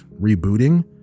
rebooting